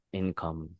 income